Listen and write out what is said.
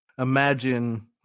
imagine